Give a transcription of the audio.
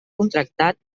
contractat